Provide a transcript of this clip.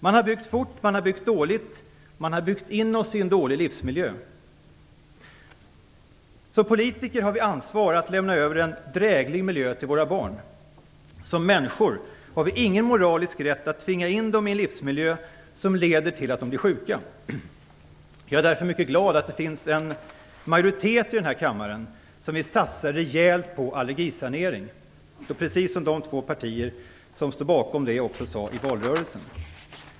Man har byggt fort och dåligt. Man har byggt in oss i en dålig livsmiljö. Som politiker har vi ansvar för att lämna över en dräglig miljö till våra barn. Som människor har vi ingen moralisk rätt att tvinga in dem i en livsmiljö som leder till att de blir sjuka. Därför är jag mycket glad över att det finns en majoritet i denna kammare som vill satsa rejält på allergisanering, precis som de två partier som står bakom det som jag också sade i valrörelsen.